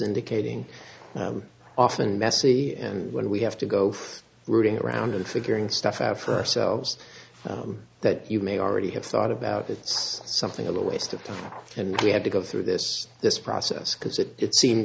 indicating often messy and when we have to go rooting around and figuring stuff out for selves that you may already have sought about it's something of a waste of time and we had to go through this this process because it it seemed